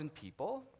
people